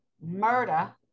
murder